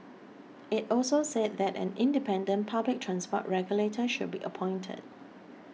it also said that an independent public transport regulator should be appointed